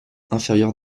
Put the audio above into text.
inférieure